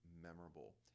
memorable